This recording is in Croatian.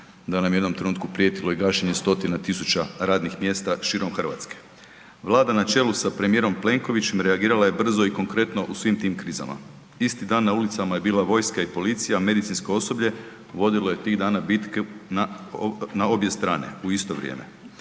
da nam je u jednom trenutku prijetilo i gašenje stotina tisuća radnih mjesta širom RH. Vlada na čelu sa premijerom Plenkovićem reagirala je brzo i konkretno u svim tim krizama. Isti dan na ulicama je bila vojska i policija, medicinsko osoblje vodilo je tih dana bitku na obje strane u isto vrijeme.